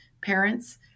parents